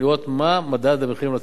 לראות מה מדד המחירים לצרכן.